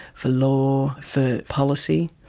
for law, for policy.